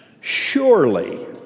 Surely